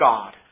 God